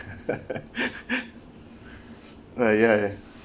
ah ya ya